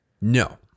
No